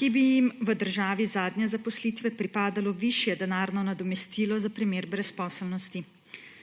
ki bi jim v državi zadnje zaposlitve pripadalo višje denarno nadomestilo za primer brezposelnosti.